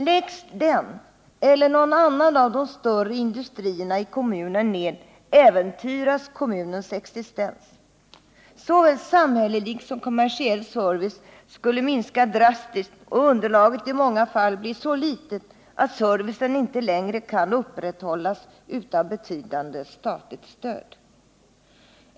Läggs den eller någon annan av de större industrierna i kommunen ned äventyras kommunens existens. Såväl samhällelig som kommersiell service skulle minska drastiskt och underlaget i många fall bli så litet att servicen inte längre kan upprätthållas utan betydande statligt stöd.